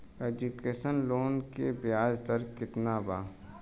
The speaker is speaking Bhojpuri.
एजुकेशन लोन के ब्याज दर केतना बा?